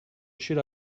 should